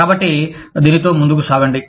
కాబట్టి దీనితో ముందుకు సాగండి